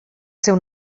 seu